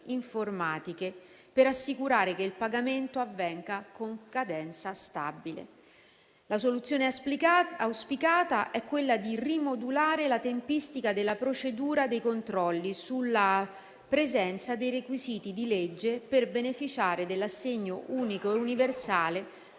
informatiche per assicurare che il pagamento avvenga con cadenza stabile. La soluzione auspicata è quella di rimodulare la tempistica della procedura dei controlli sulla presenza dei requisiti di legge per beneficiare dell'assegno unico e universale